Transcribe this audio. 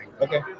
Okay